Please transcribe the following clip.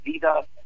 Vida